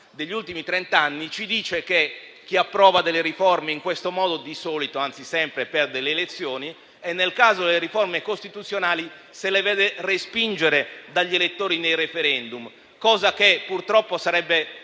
degli ultimi trent'anni ci dice che chi approva delle riforme in questo modo, di solito, anzi sempre, perde le elezioni; nel caso delle riforme costituzionali, se le vede respingere dagli elettori nei *referendum;* una cosa che sarebbe